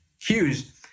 cues